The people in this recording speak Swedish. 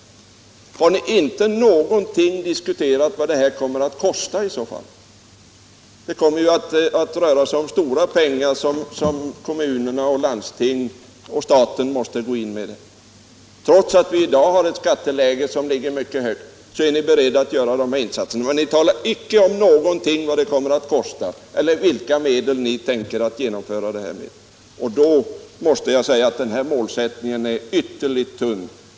Har ni inte alls diskuterat vad det kommer att kosta i så fall? Det kommer ju att röra sig om stora pengar som kommunerna, landstingen och staten måste gå in med. Trots att vi i dag har ett skatteläge som ligger mycket högt så är ni beredda att göra de här insatserna. Men ni säger inte någonting om vad det kommer att kosta eller vilka medel som ni tänker genomföra det med. Då måste jag säga att den här målsättningen är ytterligt tunn.